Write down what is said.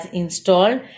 installed